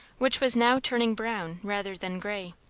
which was now turning brown rather than grey.